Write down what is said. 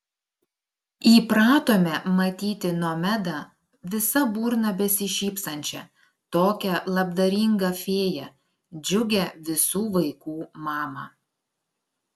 įpratome matyti nomedą visa burna besišypsančią tokią labdaringą fėją džiugią visų vaikų mamą